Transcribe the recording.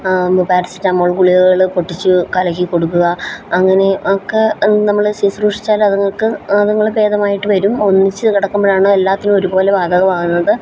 paracetamol ഗുളികകള് പൊട്ടിച്ചു കലക്കിക്കൊടുക്കുക അങ്ങനെ ഒക്കെ നമ്മള് ശുശ്രൂഷിച്ചാൽ അതുങ്ങള്ക്ക് അതുങ്ങള് ഭേദമായിട്ട് വരും ഒന്നിച്ച് കിടക്കുമ്പോഴാണ് എല്ലാത്തിനും ഒരുപോലെ ബാധകമാകുന്നത്